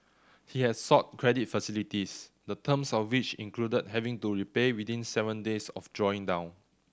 he had sought credit facilities the terms of which included having to repay within seven days of drawing down